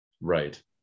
Right